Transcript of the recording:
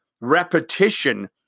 repetition